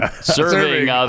serving